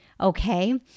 Okay